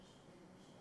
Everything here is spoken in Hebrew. אם אתה